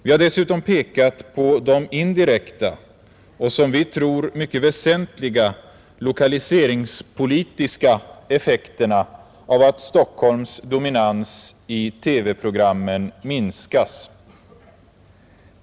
Vi har dessutom pekat på de indirekta — och som vi tror mycket väsentliga — lokaliseringspolitiska effekterna av att Stockholms dominans i TV-programmen minskas.